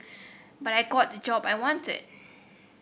but I got the job I wanted